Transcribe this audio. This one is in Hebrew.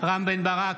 רם בן ברק,